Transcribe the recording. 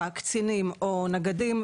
קצינים או נגדים,